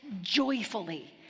joyfully